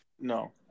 No